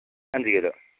അഞ്ച് കിലോ